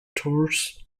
tours